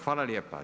Hvala lijepa.